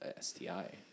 sti